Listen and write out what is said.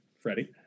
Freddie